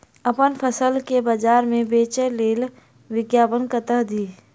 अप्पन फसल केँ बजार मे बेच लेल विज्ञापन कतह दी?